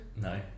No